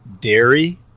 dairy